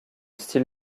style